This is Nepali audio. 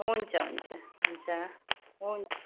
हुन्छ हुन्छ हुन्छ हुन्छ